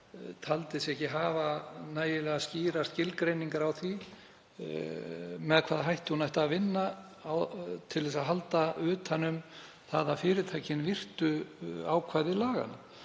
taldi sig ekki hafa nægilega skýrar skilgreiningar á því með hvaða hætti hún ætti að vinna til að halda utan um það að fyrirtækin virtu ákvæði laganna.